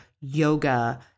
yoga